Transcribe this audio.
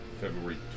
February